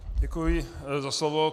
Děkuji za slovo.